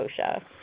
OSHA